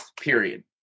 period